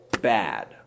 bad